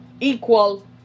equal